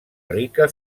rica